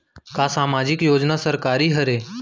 का सामाजिक योजना सरकारी हरे?